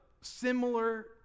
similar